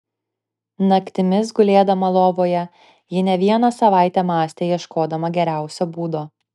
naktimis gulėdama lovoje ji ne vieną savaitę mąstė ieškodama geriausio būdo